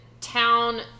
town